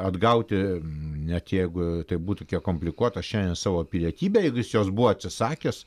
atgauti net jeigu tai būtų kiek komplikuota šiandien savo pilietybę jeigu jis jos buvo atsisakęs